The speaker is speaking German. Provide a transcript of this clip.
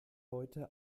leute